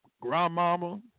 grandmama